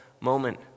moment